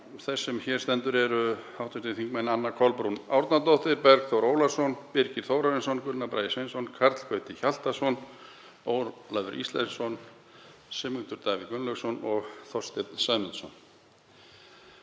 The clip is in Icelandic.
þess sem hér stendur eru hv. þingmenn Anna Kolbrún Árnadóttir, Bergþór Ólason, Birgir Þórarinsson, Gunnar Bragi Sveinsson, Karl Gauti Hjaltason, Ólafur Ísleifsson, Sigmundur Davíð Gunnlaugsson og Þorsteinn Sæmundsson.